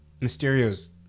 Mysterio's